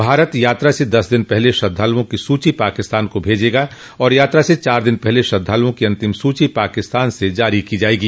भारत यात्रा से दस दिन पहले श्रद्धाल़ओं की सूची पाकिस्तान को भेजेगा और यात्रा से चार दिन पहले श्रद्धालुओं की अंतिम सूची पाकिस्तान से जारी की जायेगी